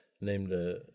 named